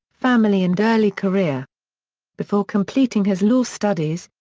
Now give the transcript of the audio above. family and early career before completing his law studies,